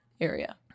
area